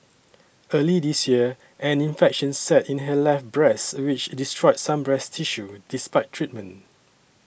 early this year an infection set in her left breast which destroyed some breast tissue despite treatment